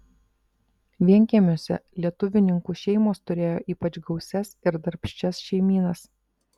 vienkiemiuose lietuvininkų šeimos turėjo ypač gausias ir darbščias šeimynas